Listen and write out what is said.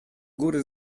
góry